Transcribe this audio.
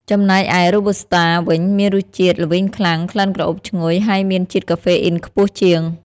ចំណែកឯ រ៉ូប៊ូស្តា វិញ មានរសជាតិល្វីងខ្លាំង ក្លិនក្រអូបឈ្ងុយ ហើយមានជាតិកាហ្វេអ៊ីនខ្ពស់ជាង។